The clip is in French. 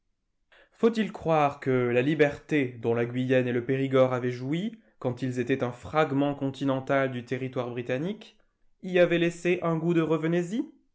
faut-il croire que la liberté dont la guyenne et le périgord avaient joui quand ils étaient un fragment continental du territoire britannique y avait laissé un goût de revenez y